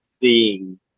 seeing